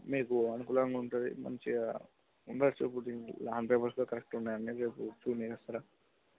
మీకు అనుకూలంగా ఉంటుంది మంచిగా ఉండచ్చు ఇప్పుడు దీని ల్యాండ్ పేపర్స్ కూడా కరెక్ట్గా ఉన్నాయండి రేపు చూడడానికి వస్తారా